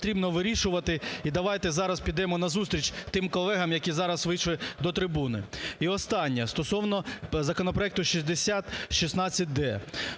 потрібно вирішувати, і давайте зараз підемо назустріч тим колегам, які зараз вийшли до трибуни. І останнє. Стосовно законопроекту 6016-д.